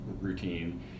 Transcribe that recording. routine